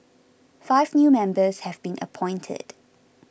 five new members have been appointed